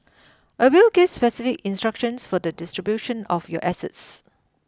a will gives specific instructions for the distribution of your assets